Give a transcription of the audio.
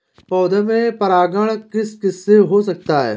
पौधों में परागण किस किससे हो सकता है?